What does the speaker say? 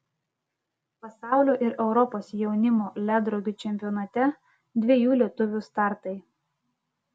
pasaulio ir europos jaunimo ledrogių čempionate dviejų lietuvių startai